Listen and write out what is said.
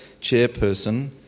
chairperson